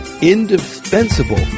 indispensable